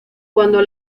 cuando